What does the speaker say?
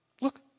look